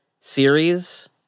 series